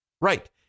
right